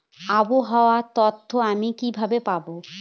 আবহাওয়ার তথ্য আমি কিভাবে পাবো?